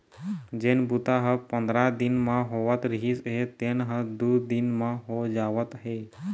जेन बूता ह पंदरा दिन म होवत रिहिस हे तेन ह दू दिन म हो जावत हे